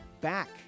back